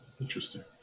Interesting